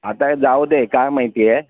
आता हे जाऊ दे काय माहिती आहे